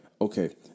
Okay